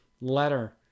letter